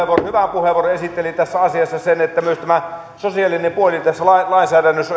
hyvän puheenvuoron esitteli tässä asiassa sen että myös tämä sosiaalinen puoli tässä lainsäädännössä on